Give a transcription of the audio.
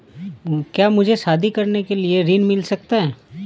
क्या मुझे शादी करने के लिए ऋण मिल सकता है?